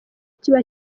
kiba